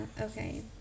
okay